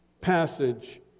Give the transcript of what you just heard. passage